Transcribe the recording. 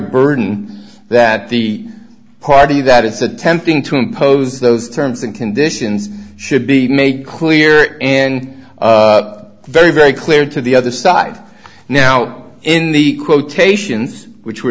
burden that the party that is attempting to impose those terms and conditions should be made clear and very very clear to the other side now in the quotations which were